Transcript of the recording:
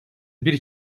bir